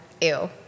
ew